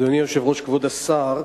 אדוני היושב-ראש, כבוד השר,